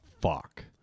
fuck